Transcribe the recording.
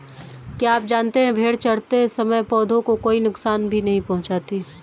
क्या आप जानते है भेड़ चरते समय पौधों को कोई नुकसान भी नहीं पहुँचाती